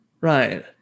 Right